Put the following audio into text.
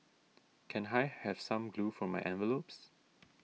can I have some glue for my envelopes